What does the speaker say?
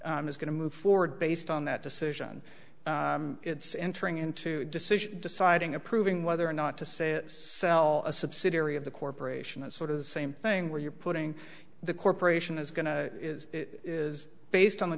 is going to move forward based on that decision it's entering into a decision deciding approving whether or not to say sell a subsidiary of the corporation that's sort of the same thing where you're putting the corporation is going to is based on the